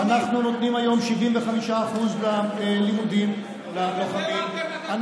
תן ללוחמים.